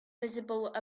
visible